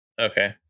Okay